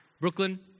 Brooklyn